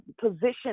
position